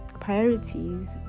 priorities